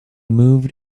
moved